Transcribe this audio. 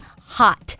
hot